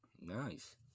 Nice